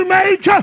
make